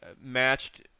matched